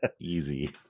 easy